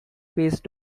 piece